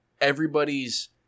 everybody's